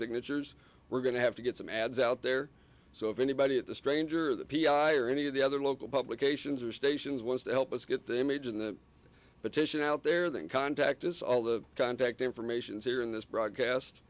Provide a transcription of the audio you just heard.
signatures we're going to have to get some ads out there so if anybody at the stranger or the p r i or any of the other local publications or stations wants to help us get they made in the petition out there then contact is all the contact information is here in this broadcast